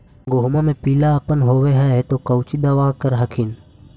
गोहुमा मे पिला अपन होबै ह तो कौची दबा कर हखिन?